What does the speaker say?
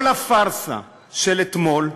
כל הפארסה של אתמול,